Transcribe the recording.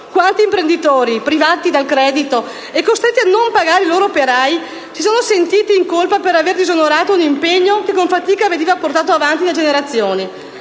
Quanti imprenditori, privati del credito e costretti a non pagare i loro operai, si sono sentiti in colpa per aver disonorato un impegno che, con fatica, veniva portato avanti da generazioni?